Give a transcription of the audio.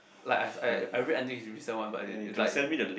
like I I I read until his reason why but is is like